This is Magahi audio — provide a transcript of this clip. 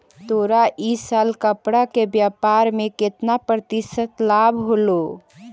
तोरा इ साल कपड़ा के व्यापार में केतना प्रतिशत लाभ होलो?